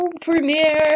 premiere